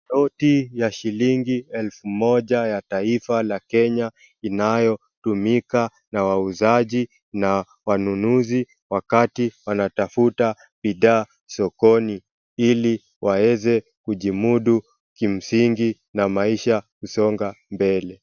Noti ya shilingi elfu moja ya taifa la Kenya inayotumika na wauzaji na wanunuzi wakati wanatafuta bidhaa sokoni ili waeze kujimudu kimsingi na maisha kusonga mbele.